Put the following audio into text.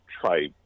try